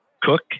cook